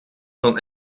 van